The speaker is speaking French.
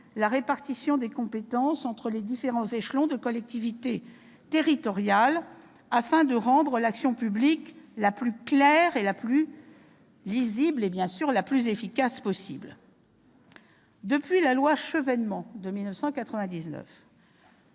la répartition des compétences entre les différents échelons de collectivités territoriales, afin de rendre l'action publique la plus claire, la plus lisible et, bien sûr, la plus efficace possible. Depuis la loi Chevènement de 1999